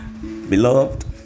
Beloved